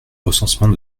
recensement